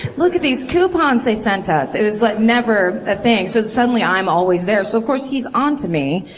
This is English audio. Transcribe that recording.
look at these coupons they sent us! it was like, never a thing. so suddenly i'm always there so of course he's onto me.